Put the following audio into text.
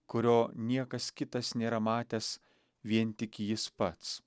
kurio niekas kitas nėra matęs vien tik jis pats